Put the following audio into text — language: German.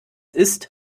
ist